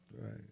Right